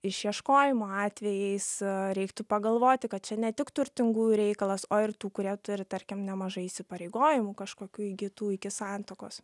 išieškojimo atvejais reiktų pagalvoti kad čia ne tik turtingųjų reikalas o ir tų kurie turi tarkim nemažai įsipareigojimų kažkokių įgytų iki santuokos